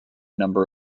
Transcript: number